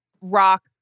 rock